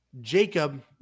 Jacob